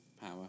power